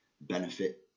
benefit